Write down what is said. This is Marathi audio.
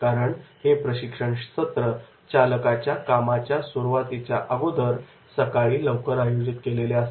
कारण हे प्रशिक्षण सत्र चालकाच्या कामाच्या सुरुवातीच्या अगोदर सकाळी लवकर आयोजित केलेले असते